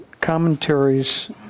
commentaries